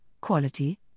quality